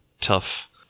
tough